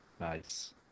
Nice